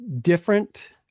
different